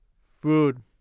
food